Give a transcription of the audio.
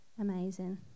Amazing